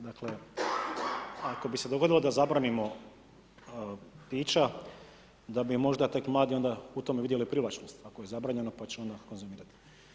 Dakle, ako bi se dogodilo da zabranimo pića, da bi možda tek mladi onda u tome vidjeli privlačnost ako je zabranjeno pa će onda konzumirati.